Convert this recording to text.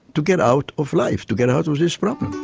to get out of life, to get out of this problem.